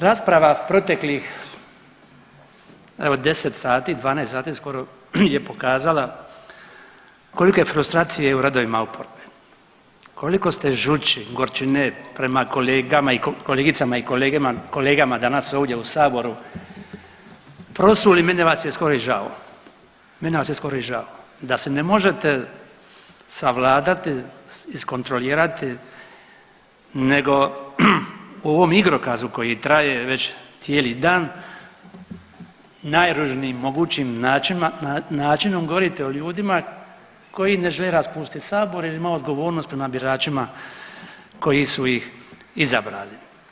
Rasprava proteklih evo 10 sati, 12 sati skoro je pokazala koliko je frustracije u redovima oporbe, koliko ste žuči, gorčine prema kolegicama i kolegama danas ovdje u saboru prosuli meni vas je skoro i žao, meni vas je skoro i žao, da si ne možete savladati iskontrolirati nego u ovom igrokazu koji traje već cijeli dan najružnijim mogućim načinom govorite o ljudima koji ne žele raspustiti sabor jer imaju odgovornost prema biračima koji su ih izabrali.